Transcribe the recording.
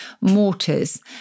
mortars